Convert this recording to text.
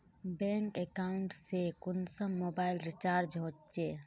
Bank account से कुंसम mobile recharge होचे?